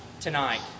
tonight